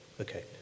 Okay